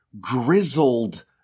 grizzled